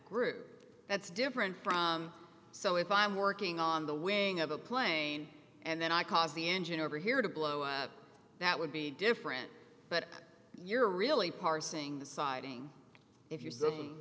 group that's different from so if i'm working on the wing of a plane and then i cause the engine over here to blow that would be different but you're really parsing the siding if you're s